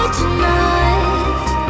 tonight